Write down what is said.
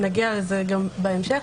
נגיע לזה גם בהמשך,